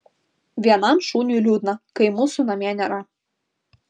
vienam šuniui liūdna kai mūsų namie nėra